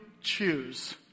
choose